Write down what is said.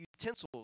utensils